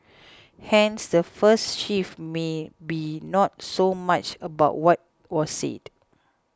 hence the first shift may be not so much about what was said